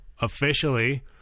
officially